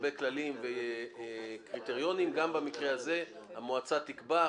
כללים וקריטריונים גם במקרה הזה המועצה תקבע.